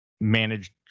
managed